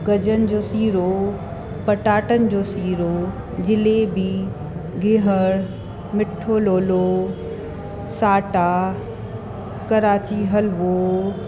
गजरुनि जो सीरो पटाटनि जो सीरो जलेबी गिहर मिठो लोलो साटा कराची हलवो